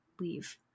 leave